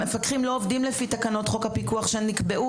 המפקחים לא עובדים לפי תקנות חוק הפיקוח שנקבעו